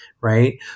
right